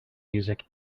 music